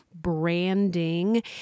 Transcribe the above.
branding